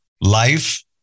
Life